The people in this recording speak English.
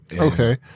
Okay